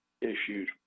issues